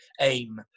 aim